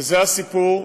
וזה הסיפור,